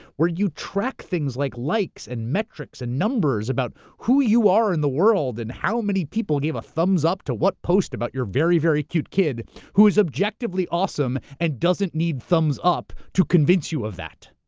where you track things like likes and metrics and numbers about who you are in the world and how many people gave a thumbs-up to what post about your very, very cute kid who is objectively awesome and doesn't need thumbs-up to convince you of that.